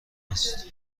است